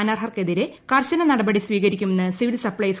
അനർഹർക്കെതിരെ കർശന നടപടി സ്വീകരിക്കുമെന്ന് സിവിൽ സപ്ലൈസ് കമ്മീഷണർ